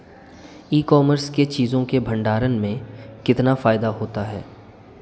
ई commerce में चीज़ों के भंडारण में कितना फायदा होता है?